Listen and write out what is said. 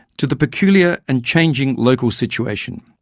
to the peculiar and changing local situation.